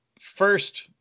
first